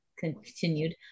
Continued